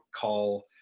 call